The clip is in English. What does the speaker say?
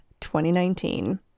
2019